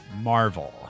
Marvel